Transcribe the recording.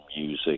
music